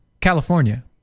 california